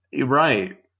Right